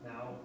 Now